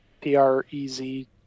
P-R-E-Z